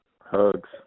Hugs